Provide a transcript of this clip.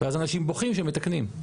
ואז אנשים בוכים שמתקנים.